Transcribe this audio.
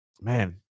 man